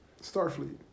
Starfleet